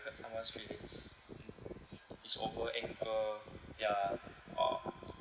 hurt someone's feelings it's over anger ya uh